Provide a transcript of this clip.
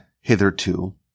hitherto